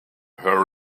her